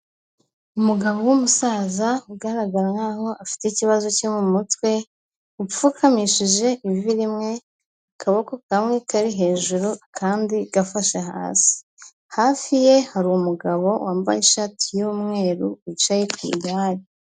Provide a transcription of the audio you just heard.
Umugabo w'umusaza ugaraga nkaho afite ikibazo cyo mu mutwe upfukamishije ivi rimwe akaboko kamwe kari hejuru kandi gafashe hasi, hafi ye hari umugabo wambaye ishati y'umweru wicaye ku igare.